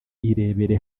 irebere